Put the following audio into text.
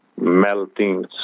melting